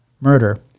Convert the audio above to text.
murder